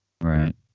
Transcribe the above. Right